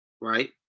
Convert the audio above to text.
right